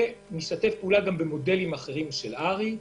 נשתתף גם במודלים אחרים של הר"י.